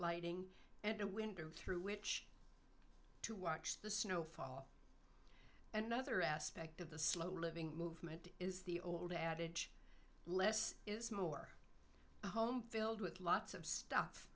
lighting and a winter through which to watch the snow fall another aspect of the slow living movement is the old adage less is more home filled with lots of stuff